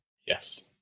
Yes